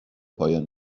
پایان